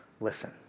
listen